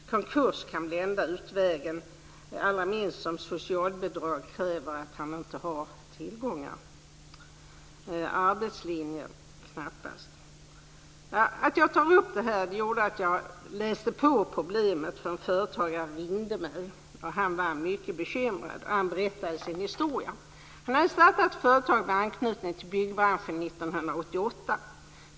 Konkurs kan bli enda utvägen, allra helst som socialbidrag kräver att han inte har tillgångar. Är det arbetslinjen? Nej, det är det knappast. Att jag skulle ta upp det här gjorde att jag läste på om problemet. En företagare ringde mig och var mycket bekymrad, och han berättade sin historia. Han hade startat ett företag med anknytning till byggbranschen 1988.